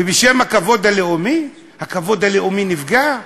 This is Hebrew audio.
ובשם הכבוד הלאומי, הכבוד הלאומי נפגע,